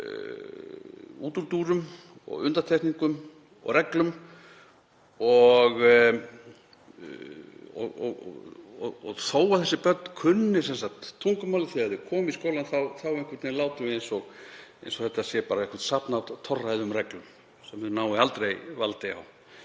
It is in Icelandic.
útúrdúrum og undantekningum og reglum og þó að þessi börn kunni tungumálið þegar þau koma í skólann látum við eins og þetta sé bara eitthvert safn af torræðum reglum sem þau nái aldrei valdi á.